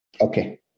Okay